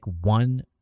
one